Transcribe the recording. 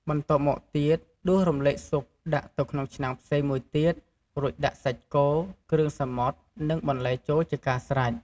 បន្ទាប់មកទៀតដួសរំលែកស៊ុបដាក់ទៅក្នុងឆ្នាំងផ្សេងមួយទៀត រួចដាក់ សាច់គោ គ្រឿងសមុទ្រនិងបន្លែចូលជាការស្រេច។